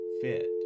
fit